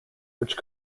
which